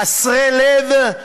חסרי לב?